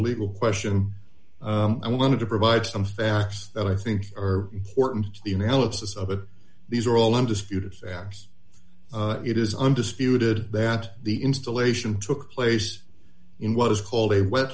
legal question i wanted to provide some facts that i think are important to the analysis of it these are all undisputed apps it is undisputed that the installation took place in what is called a